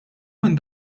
minn